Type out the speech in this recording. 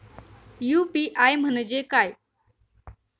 UPI म्हणजे काय?